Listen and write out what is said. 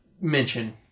mention